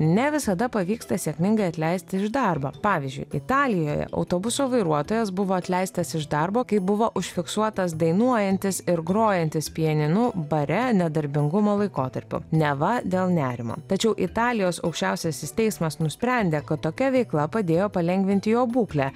ne visada pavyksta sėkmingai atleisti iš darbo pavyzdžiui italijoje autobuso vairuotojas buvo atleistas iš darbo kai buvo užfiksuotas dainuojantis ir grojantis pianinu bare nedarbingumo laikotarpiu neva dėl nerimo tačiau italijos aukščiausiasis teismas nusprendė kad tokia veikla padėjo palengvinti jo būklę